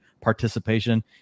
participation